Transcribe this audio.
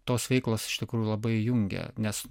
tos veiklos iš tikrųjų labai jungia nes